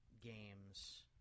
games